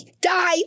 Die